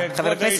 בעד, 33 חברי